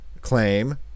claim